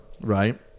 right